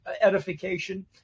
edification